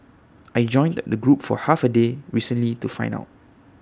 I joined the group for half A day recently to find out